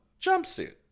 jumpsuit